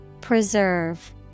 Preserve